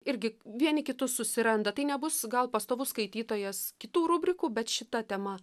irgi vieni kitus susiranda tai nebus gal pastovus skaitytojas kitų rubrikų bet šita tema